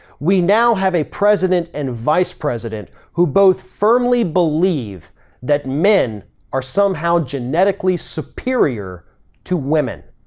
we now have a president and vice president who both firmly believe that men are somehow genetically superior to women.